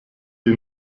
die